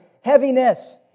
heaviness